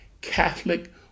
Catholic